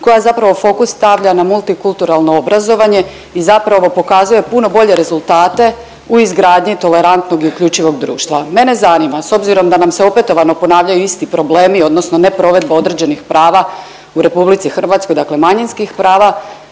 koja zapravo fokus stavlja na multikulturalno obrazovanje i zapravo pokazuje puno bolje rezultate u izgradnji tolerantnog i uključivog društva. Mene zanima s obzirom da nam se opetovano ponavljaju isti problemi odnosno ne provedba određenih prava u RH dakle manjinskih prava,